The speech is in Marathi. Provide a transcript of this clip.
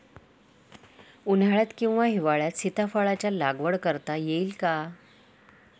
उन्हाळ्यात किंवा हिवाळ्यात सीताफळाच्या लागवड करता येईल का?